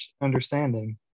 understanding